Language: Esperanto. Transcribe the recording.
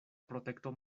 protekto